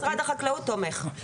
משרד החקלאות תומך.